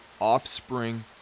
offspring